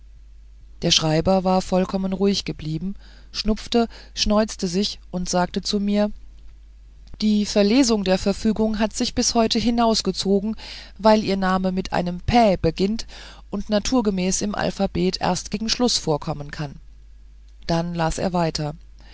der schreiber war vollkommen ruhig geblieben schnupfte schneuzte sich und sagte zu mir die verlesung der verfügung hat sich bis heute hinausgezogen weil ihr name mit einem päh beginnt und naturgemäß im alphabet erst gegen schluß vorkommen kann dann las er weiter